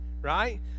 right